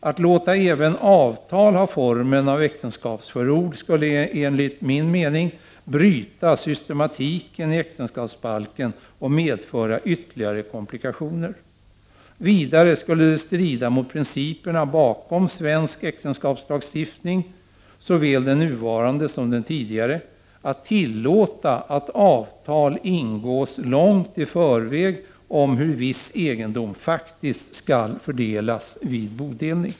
Att låta även avtal ha formen av äktenskapsförord skulle enligt min mening bryta systematiken i äktenskapsbalken och medföra ytterligare komplikationer. Vidare skulle det strida mot principerna bakom svensk äktenskapslagstiftning, såväl nuvarande som tidigare, att tillåta att avtal ingås långt i förväg om hur viss egendom faktiskt skall fördelas vid bodelning.